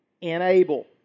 enable